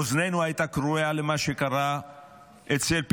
אוזננו הייתה כרויה למה שקרה אצל פינדרוס.